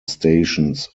stations